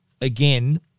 Again